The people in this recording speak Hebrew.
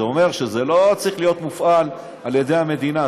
זה אומר שזה לא צריך להיות מופעל על ידי המדינה,